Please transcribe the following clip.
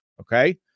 okay